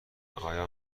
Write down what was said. آیا